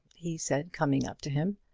he said, coming up to him,